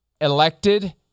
elected